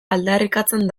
aldarrikatzen